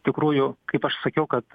tikrųjų kaip aš sakiau kad